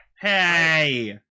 Hey